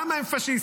למה הם פשיסטים?